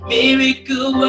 Miracle